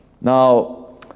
Now